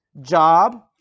job